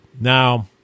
Now